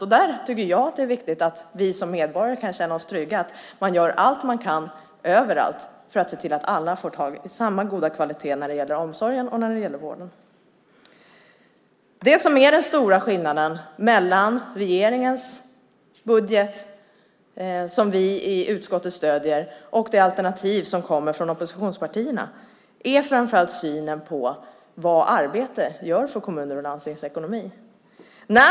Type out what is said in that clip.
När det gäller detta tycker jag att det är viktigt att vi som medborgare kan känna oss trygga i att man gör allt man kan överallt för att se till att alla kan få tag i samma goda kvalitet när det gäller omsorgen och när det gäller vården. Det som är den stora skillnaden mellan regeringens budget, som vi i utskottet stöder, och det alternativ som kommer från oppositionspartierna är framför allt synen på vad arbete gör för kommunernas och landstingens ekonomi.